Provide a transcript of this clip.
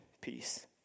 peace